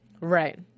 Right